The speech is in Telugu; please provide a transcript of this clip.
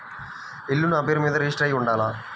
ఇల్లు నాపేరు మీదే రిజిస్టర్ అయ్యి ఉండాల?